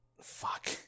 Fuck